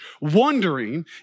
wondering